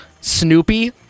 Snoopy